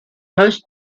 most